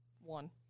One